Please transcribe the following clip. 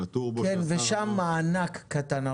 כן, ושם מענק קטן.